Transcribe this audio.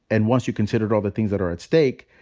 and once you considered all the things that are at stake,